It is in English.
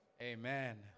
Amen